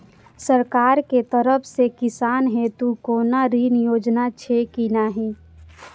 सरकार के तरफ से किसान हेतू कोना ऋण योजना छै कि नहिं?